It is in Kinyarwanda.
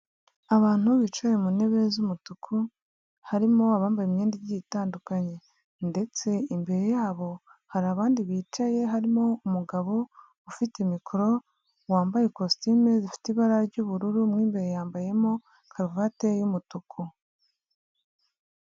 Abantu bicaye mu ntebe z'umutuku, harimo abambaye imyenda igiye itandukanye ndetse imbere yabo hari abandi bicaye harimo umugabo ufite mikoro, wambaye kositimu zifite ibara ry'ubururu, mo imbere yambayemo karuvati y'umutuku.